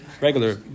regular